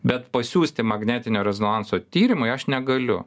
bet pasiųsti magnetinio rezonanso tyrimui aš negaliu